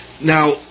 Now